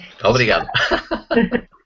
Obrigado